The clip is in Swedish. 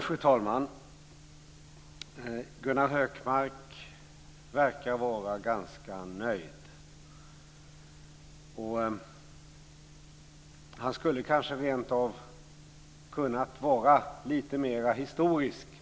Fru talman! Gunnar Hökmark verkar vara ganska nöjd. Han skulle kanske rentav kunnat vara lite mer historisk.